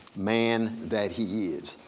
man that he is,